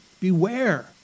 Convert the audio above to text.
beware